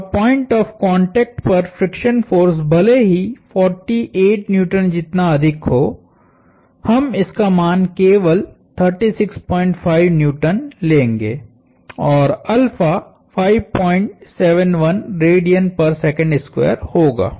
और point of contact पर friction force भले ही 48N जितना अधिक हो हम इसका मान केवल 365N लेंगे और होगा